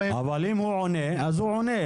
אבל אם הוא עונה, אז הוא עונה.